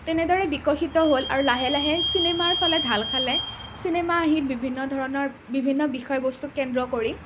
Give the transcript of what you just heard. তেনেদৰে বিকশিত হ'ল আৰু লহে লাহে চিনেমাৰ ফালে ঢাল খালে চিনেমা আহিল বিভিন্ন ধৰণৰ বিভিন্ন বিষয়বস্তুক কেন্দ্ৰ কৰি